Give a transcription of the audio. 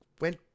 went